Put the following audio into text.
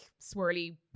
swirly